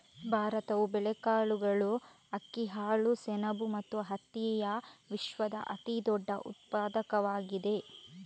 ಭಾರತವು ಬೇಳೆಕಾಳುಗಳು, ಅಕ್ಕಿ, ಹಾಲು, ಸೆಣಬು ಮತ್ತು ಹತ್ತಿಯ ವಿಶ್ವದ ಅತಿದೊಡ್ಡ ಉತ್ಪಾದಕವಾಗಿದೆ